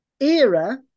era